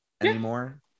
anymore